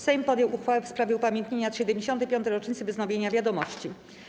Sejm podjął uchwałę w sprawie upamiętnienia 75. rocznicy wznowienia „Wiadomości”